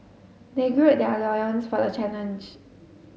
they gird their loins for the challenge